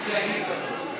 אני אגיד בסוף.